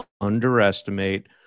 underestimate